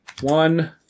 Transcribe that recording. one